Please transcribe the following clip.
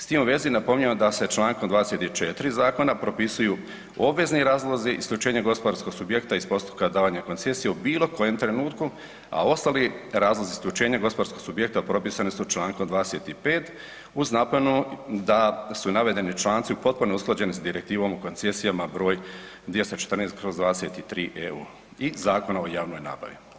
S tim u vezi napominjemo da se čl. 24. zakona propisuju obvezni razlozi isključenja gospodarskog subjekta iz postupka davanja koncesije u bilo kojem trenutku, a ostali razlozi isključenja gospodarskog subjekta propisani su čl. 25. uz napomenu da su navedeni članci u potpunosti usklađeni s direktivom o koncesijama br. 214/23/EU i Zakona o javnoj nabavi.